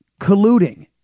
colluding